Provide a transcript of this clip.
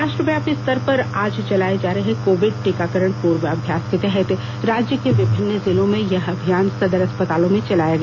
राष्ट्रव्यापी स्तर पर आज चलाए जा रहे कोविड टीकाकरण पूर्वाभ्यास के तहत राज्य के विभिन्न जिलों में यह अभियान सदर अस्पतालों में चलाया गया